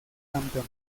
campeón